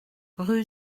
rue